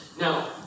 Now